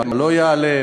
מה לא יעלה,